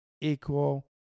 equal